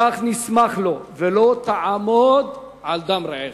לכך נסמך לו, ו"לא תעמד על דם רעך".